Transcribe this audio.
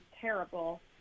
terrible